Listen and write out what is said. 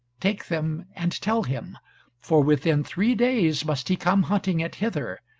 take them, and tell him for within three days must he come hunting it hither,